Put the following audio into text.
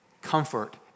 comfort